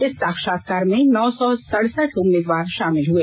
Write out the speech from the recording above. इस साक्षात्कार में नौ सौ सड़सठ उम्मीदवार शामिल हुए